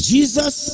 Jesus